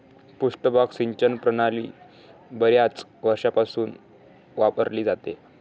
पृष्ठभाग सिंचन प्रणाली बर्याच वर्षांपासून वापरली जाते